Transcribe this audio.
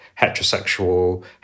heterosexual